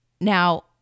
Now